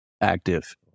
Active